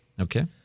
Okay